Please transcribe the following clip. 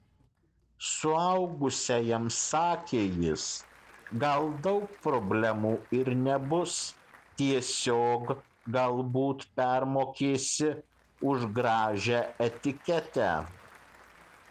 suaugusiajam sakė jis gal daug problemų ir nebus tiesiog galbūt permokėsi už gražią etiketę